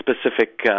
specific